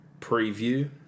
Preview